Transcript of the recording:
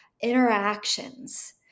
interactions